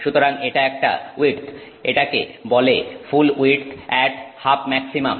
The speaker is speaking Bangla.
সুতরাং এটা একটা উইডথ এটাকে বলে full width at half maximum